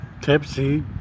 tipsy